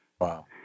Wow